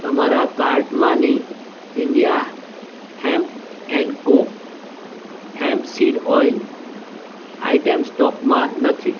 તમારા કાર્ટમાંની India Hemp and Co hemp seed oil item સ્ટોકમાં નથી